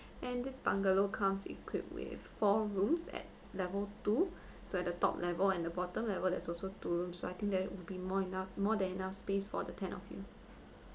and this bungalow comes equipped with four rooms at level two so at the top level and the bottom level there's also two room so I think that would be more enough more than enough space for the ten of you